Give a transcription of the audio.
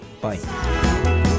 bye